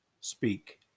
Speak